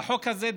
והחוק הזה,